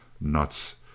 Nuts